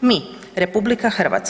mi, RH.